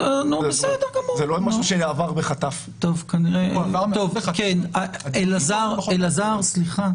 זה 10%. את כל היתר הוא צריך לשלם לו באמצעים בנקאיים.